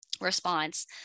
response